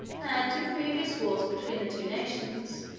and, in previous wars between the two nations,